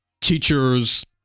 teachers